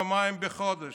לדעתי פעמיים בחודש,